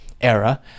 era